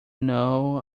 know